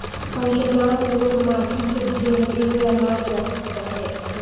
पहिले गांव के लोग माटी के डेहरी में अनाज रखत रहे